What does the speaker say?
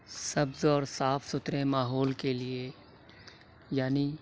سبز اور صاف سُتھرے ماحول کے لیے یعنی